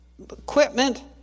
Equipment